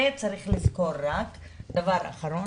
וצריך לזכור רק דבר אחרון,